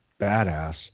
badass